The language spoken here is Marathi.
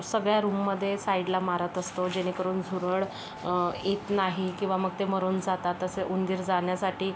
सगळ्या रूममध्ये साईडला मारत असतो जेणेकरून झुरळ येत नाही किंवा मग ते मरून जातात तसे उंदीर जाण्यासाठी